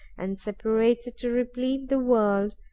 and separated to replete the world,